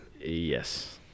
Yes